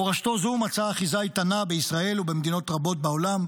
מורשתו זו מצאה אחיזה איתנה בישראל ובמדינות רבות בעולם.